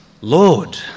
Lord